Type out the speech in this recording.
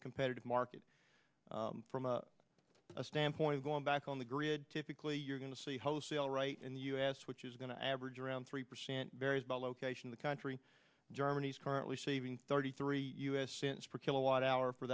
the competitive market from a standpoint of going back on the grid typically you're going to see house sale right in the u s which is going to average around three percent varies by location the country germany is currently saving thirty three u s cents per kilowatt hour for